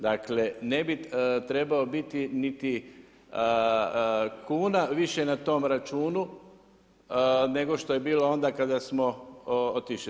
Dakle, ne bi trebao biti niti kuna više na tom računu, nego što je bilo onda kada smo otišli.